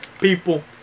People